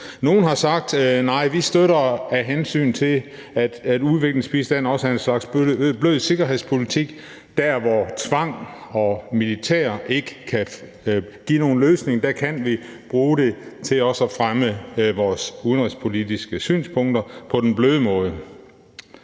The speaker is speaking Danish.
Nogle har sagt: Nej, vi støtter, fordi udviklingsbistand også er en slags blød sikkerhedspolitik; der, hvor tvang og militær ikke kan give nogen løsninger, kan vi bruge det til også at fremme vores udenrigspolitiske synspunkter på den bløde måde.